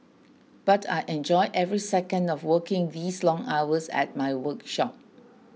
but I enjoy every second of working these long hours at my workshop